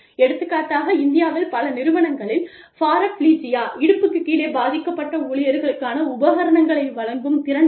எடுத்துக்காட்டாக இந்தியாவில் பல நிறுவனங்களில் பராப்லீஜியா இடுப்புக்கு கீழே பாதிக்கப்பட்ட ஊழியர்களுக்கான உபகரணங்களை வழங்கும் திறன் இல்லை